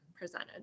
presented